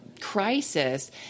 crisis